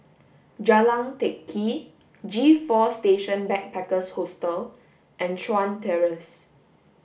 Jalan Teck Kee G four Station Backpackers Hostel and Chuan Terrace